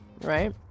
right